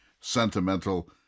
sentimental